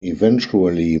eventually